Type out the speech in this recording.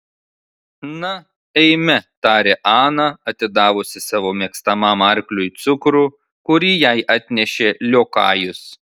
na eime tarė ana atidavusi savo mėgstamam arkliui cukrų kurį jai atnešė liokajus